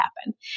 happen